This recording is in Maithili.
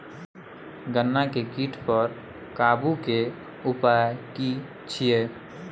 गन्ना के कीट पर काबू के उपाय की छिये?